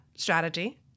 strategy